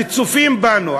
שצופים בנו,